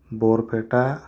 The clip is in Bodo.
बरपेटा